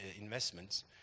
investments